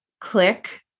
click